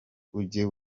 ujye